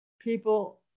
people